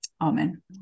Amen